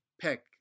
pick